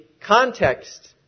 context